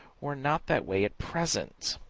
we're not that way at present,